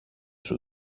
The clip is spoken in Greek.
σου